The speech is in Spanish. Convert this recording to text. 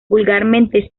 vulgarmente